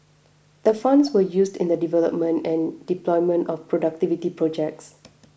the funds were used in the development and deployment of productivity projects